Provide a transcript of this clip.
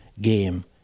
game